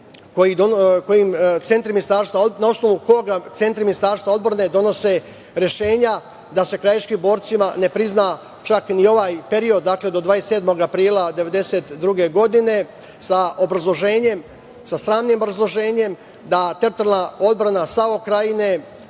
na osnovu koga centri Ministarstva odbrane donose rešenja da se krajiškim borcima ne prizna čak ni ovaj period, dakle do 27. aprila 1992. godine, sa sramnim obrazloženjem da teritorijalna odbrana … Krajine,